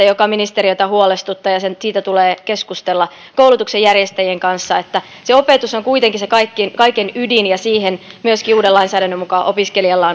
joka ministeriötä huolestuttaa ja siitä tulee keskustella koulutuksen järjestäjien kanssa se opetus on kuitenkin se kaiken ydin ja siihen myöskin uuden lainsäädännön mukaan opiskelijalla